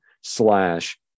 slash